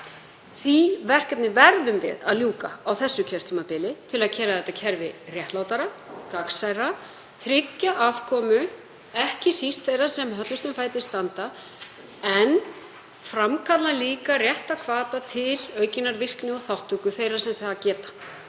Því verkefni verðum við að ljúka á þessu kjörtímabili til að gera þetta kerfi réttlátara og gagnsærra og tryggja afkomu ekki síst þeirra sem höllustum fæti standa, en framkalla líka rétta hvata til aukinnar virkni og þátttöku þeirra sem það geta.